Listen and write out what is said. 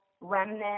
remnant